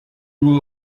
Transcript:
will